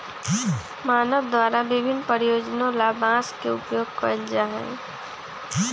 मानव द्वारा विभिन्न प्रयोजनों ला बांस के उपयोग कइल जा हई